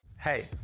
Hey